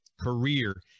career